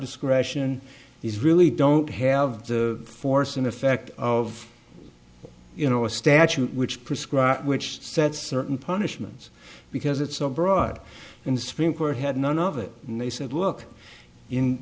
discretion is really don't have the force in effect of you know a statute which prescribe which sets certain punishments because it's so broad in spring court had none of it and they said look in